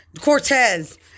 Cortez